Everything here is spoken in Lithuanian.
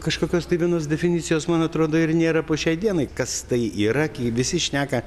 kažkokios tai vienos definicijos man atrodo ir nėra po šiai dienai kas tai yra kai visi šneka